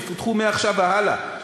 שיפותחו מעכשיו והלאה,